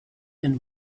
and